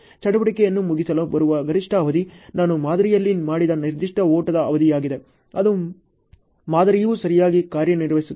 ಚಟುವಟಿಕೆಯನ್ನು ಮುಗಿಸಲು ಬರುವ ಗರಿಷ್ಠ ಅವಧಿ ನಾನು ಮಾದರಿಯಲ್ಲಿ ಮಾಡಿದ ನಿರ್ದಿಷ್ಟ ಓಟದ ಅವಧಿಯಾಗಿದೆ ಅದು ಮಾದರಿಯು ಸರಿಯಾಗಿ ಕಾರ್ಯನಿರ್ವಹಿಸುತ್ತದೆ